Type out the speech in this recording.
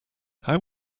how